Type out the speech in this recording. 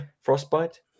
frostbite